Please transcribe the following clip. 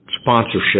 sponsorship